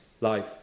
life